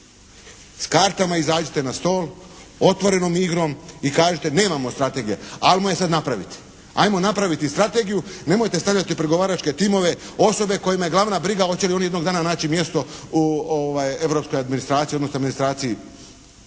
S kartama izađite na stol otvorenom igrom i kažite nemamo strategije, ajmo je sada napraviti. Ajmo napraviti strategiju, nemojte stavljati u pregovaračke timove osobe kojima je glavna briga hoće li oni jednog dana naći mjesto u europskoj administraciji